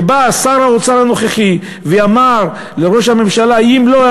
שבא שר האוצר הנוכחי ואמר לראש הממשלה: אם לא,